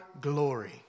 glory